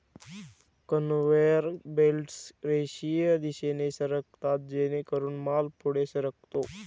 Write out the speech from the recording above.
conveyor belts रेषीय दिशेने सरकतात जेणेकरून माल पुढे सरकतो